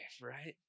right